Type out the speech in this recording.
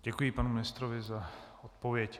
Děkuji panu ministrovi za odpověď.